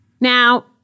Now